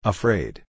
Afraid